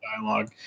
dialogue